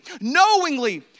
knowingly